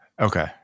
Okay